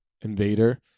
invader